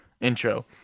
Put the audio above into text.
intro